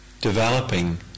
developing